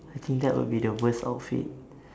I think that would be the worst outfit